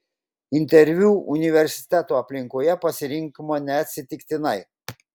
interviu universiteto aplinkoje pasirinkome neatsitiktinai